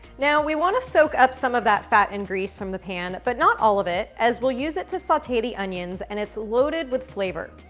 now we want to soak up some of that fat and grease from the pan, but not all of it, as we'll use it to saute the onions, and it's loaded with flavor.